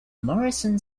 morrison